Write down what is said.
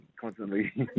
constantly